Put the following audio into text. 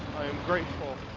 grateful.